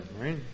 right